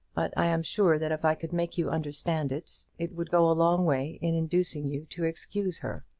but i am sure that if i could make you understand it, it would go a long way in inducing you to excuse her.